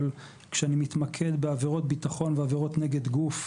אבל כשאני מתמקד בעבירות ביטחון ועבירות נגד גוף,